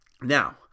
Now